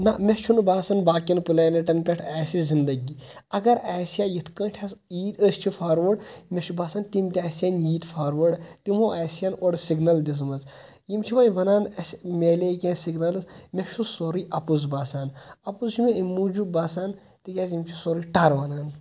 نَہ مےٚ چھُ نہٕ باسان باقین پِلیٚنٹن پٮ۪ٹھ آسہِ زنٛدگی اَگر آسہِ ہا یَتھۍ کٲٹھۍ حظ ییٖتۍ أسۍ چھِ فاروٲڑ مےٚ چھُ باسان تِم تہِ آسَن ییٖتۍ فاروٲڑ تِمو آسَن اورٕ سِگنل دِژمٕژ یِم چھِ وۄنۍ وَنان اَسہِ میلے کیٚنٛہہ سگنلز مےٚ چھُ سُہ سورُے اَپُز باسان اَپُز چھُ مےٚ اَمہِ موٗجوٗب باسان تِکیٚازِ یِم چھِ سورُے ٹر وَنان